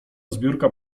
zbiórka